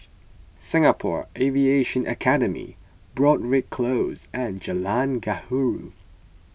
Singapore Aviation Academy Broadrick Close and Jalan Gaharu